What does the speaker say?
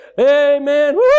amen